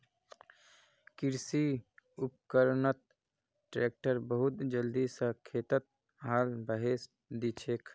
कृषि उपकरणत ट्रैक्टर बहुत जल्दी स खेतत हाल बहें दिछेक